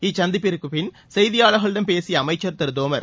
இச்சந்திப்பிற்குப்பின் செய்தியாளர்களிடம் பேசிய அமைச்சர் திரு தோமர்